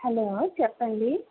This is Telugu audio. హలో చెప్పండి